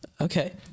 okay